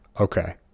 Okay